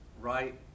right